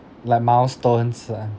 like milestones ah